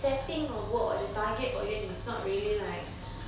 setting of work or the target audience is not really like